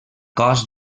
cos